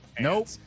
Nope